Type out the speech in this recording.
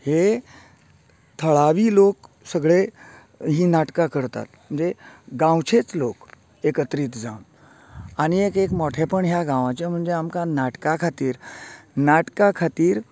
हे थळावी लोक सगळे ही नाटकां करतात म्हणजे गांवचेच लोक एकत्रीत जावन आनी एक एक मोठेपण ह्या गावांचे म्हणजे आमकां नाटका खातीर नाटका खातीर